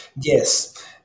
Yes